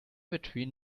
between